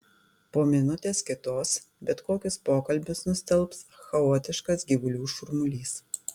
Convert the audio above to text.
po minutės kitos bet kokius pokalbius nustelbs chaotiškas gyvulių šurmulys